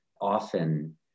often